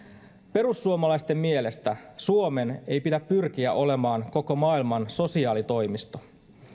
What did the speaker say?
perussuomalaisten mielestä suomen ei pidä pyrkiä olemaan koko maailman sosiaalitoimisto